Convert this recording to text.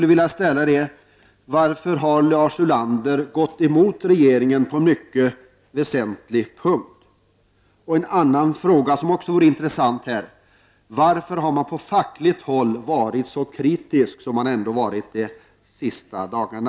Varför har Lars Ulander gått emot regeringen på en mycket väsentlig punkt? Det vore också intressant att få veta varför man från fackligt håll varit så kritisk under de senaste dagarna.